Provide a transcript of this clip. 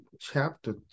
chapter